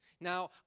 Now